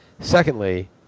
Secondly